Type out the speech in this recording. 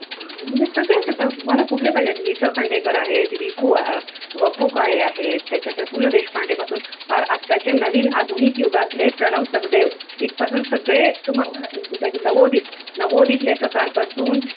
सगळेच आता तुम्हाला कुठले पाहिजेत वि स खांडेकर आहेत विपू व पु काळे आहेत त्याच्यानंतर पु ल देशपांडेपासून पार आताचे नवीन आधुनिक युगातले प्रणव सखदेव इथपासून सगळे तुम्हाला लेखकाची नवोदित नवोदित लेखकांपासून